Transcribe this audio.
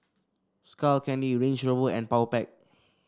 Skull Candy Range Rover and Powerpac